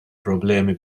problemi